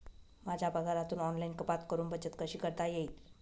माझ्या पगारातून ऑनलाइन कपात करुन बचत कशी करता येईल?